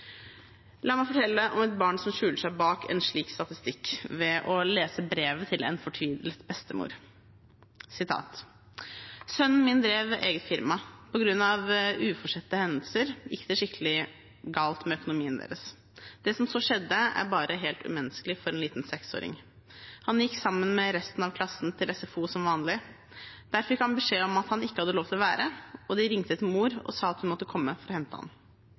La meg fortelle om et barn som skjuler seg bak en slik statistikk, ved å lese brevet fra en fortvilet bestemor: «Sønnen min drev eget firma. På grunn av uforutsette hendelser gikk det skikkelig galt med økonomien deres. Det som så skjedde, er bare helt umenneskelig for en liten seksåring. Han gikk sammen med resten av klassen til SFO som vanlig. Der fikk han beskjed om at han ikke hadde lov til å være, og de ringte til mor og sa at hun måtte komme for å hente ham, da han